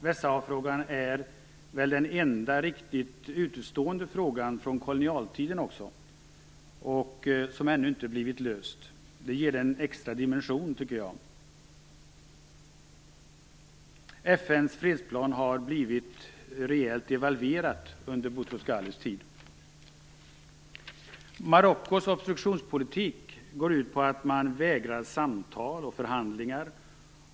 Västsaharafrågan är väl också den enda utestående frågan från kolonialtiden som ännu inte har blivit löst. Det ger en extra dimension. FN:s fredsplan har blivit rejält devalverad under Boutros Ghalis tid. Marockos obstruktionspolitik går ut på att vägra att samtala och förhandla.